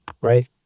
Right